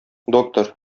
доктор